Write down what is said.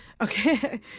okay